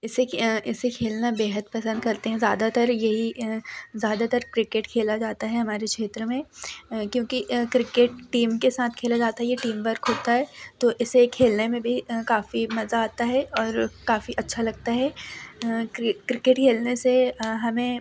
इसे इसे खेलना बेहद पसंद करते हैं ज़्यादातर ये ही ज़्यादातर क्रिकेट खेला जाता है हमारे क्षेत्र में क्योंकि क्रिकेट टीम से साथ खेला जाता है यह टीम वर्क होता है तो इसे खेलने में भी काफी मज़ा आता है और काफी अच्छा लगता है क्रिकेट खेलने से हमें